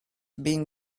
being